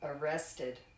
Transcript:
arrested